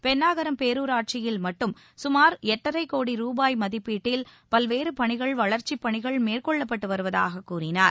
பென்னாகரம் பேரூராட்சியில் மட்டும் சுமார் எட்டரை கோடி ரூபாய் மதிப்பீட்டில் பல்வேறு பணிகள் வளர்ச்சிப் பணிகள் மேற்கொள்ளப்பட்டு வருவதாகக் கூறினார்